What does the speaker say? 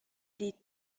des